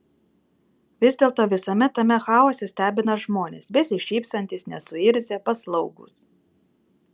vis dėlto visame tame chaose stebina žmonės besišypsantys nesuirzę paslaugūs